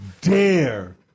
dare